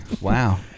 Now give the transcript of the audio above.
Wow